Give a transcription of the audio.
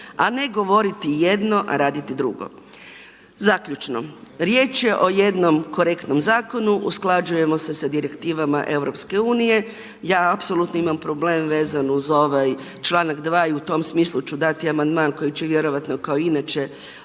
A ne govoriti jedno a raditi drugo. Zaključno. Riječ je o jednom korektnom zakonu, usklađujemo se sa direktivama EU. Ja apsolutno imam problem vezano uz ovaj članak 2. i u tom smislu ću dati amandman koji će vjerojatno kao i inače